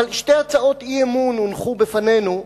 אבל, שתי הצעות אי-אמון הונחו בפנינו.